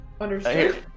Understood